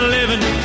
living